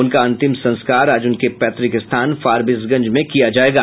उनका अंतिम संस्कार आज उनके पैतृक स्थान फारबिसगंज में किया जायेगा